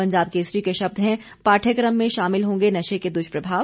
पंजाब केसरी के शब्द हैं पाठयकम में शामिल होंगे नशे के दुष्प्रभाव